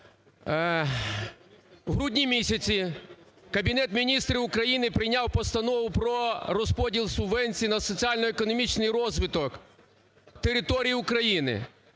У грудні місяці Кабінет Міністрів України прийняв Постанову про розподіл субвенцій на соціально-економічний розвиток територій України.